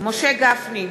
משה גפני,